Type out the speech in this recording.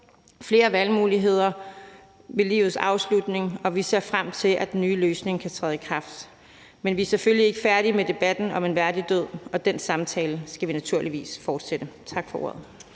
flere valgmuligheder ved livets afslutning, og vi ser frem til, at den nye løsning kan træde i kraft. Men vi er selvfølgelig ikke færdige med debatten om en værdig død, og den samtale skal vi naturligvis fortsætte. Tak for ordet.